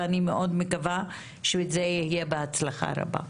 ואני מאוד מקווה שזה יהיה בהצלחה רבה.